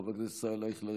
חבר הכנסת ישראל אייכלר,